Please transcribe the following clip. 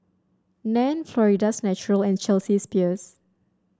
Nan Florida's Natural and Chelsea's Peers